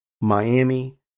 Miami